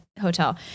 hotel